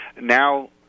Now